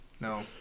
no